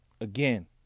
Again